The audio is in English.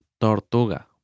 Tortuga